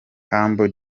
humble